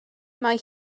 mae